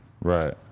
Right